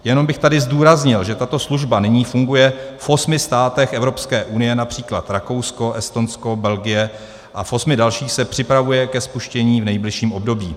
Jenom bych tady zdůraznil, že tato služba nyní funguje v osmi státech Evropské unie, např. Rakousko, Estonsko, Belgie, a v osmi dalších se připravuje ke spuštění v nejbližším období.